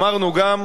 אמרנו גם,